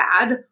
bad